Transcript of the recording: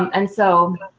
um and so,